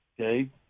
Okay